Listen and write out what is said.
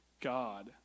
God